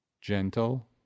gentle